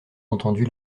entendu